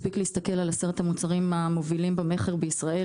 מספיק להסתכל על עשרת המוצרים המובילים במכר בישראל